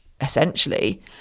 essentially